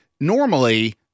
Normally